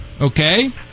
Okay